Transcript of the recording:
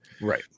right